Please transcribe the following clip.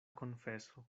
konfeso